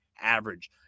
average